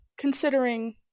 considering